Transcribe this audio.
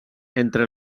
entre